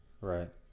Right